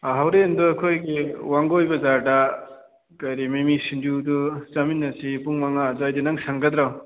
ꯍꯣꯔꯦꯟꯗꯣ ꯑꯩꯈꯣꯏꯒꯤ ꯋꯥꯡꯒꯣꯏ ꯕꯖꯥꯔꯗ ꯀꯔꯤ ꯃꯤꯃꯤ ꯁꯤꯡꯖꯨꯗꯨ ꯆꯥꯃꯤꯟꯅꯁꯤ ꯄꯨꯡ ꯃꯉꯥ ꯑꯗ꯭ꯋꯥꯏꯗ ꯅꯪ ꯁꯪꯒꯗ꯭ꯔꯣ